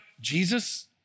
Jesus